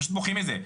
פשוט בוכים מזה,